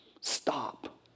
Stop